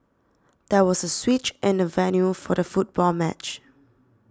there was a switch in the venue for the football match